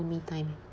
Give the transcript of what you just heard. own me time